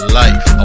life